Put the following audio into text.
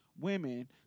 women